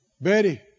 Betty